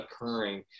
occurring